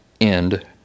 end